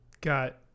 got